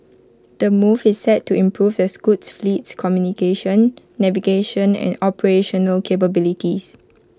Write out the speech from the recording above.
the move is set to improve the scoot fleet's communication navigation and operational capabilities